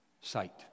sight